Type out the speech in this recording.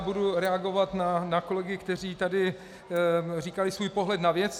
Budu reagovat na kolegy, kteří tady říkali svůj pohled na věc.